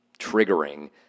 triggering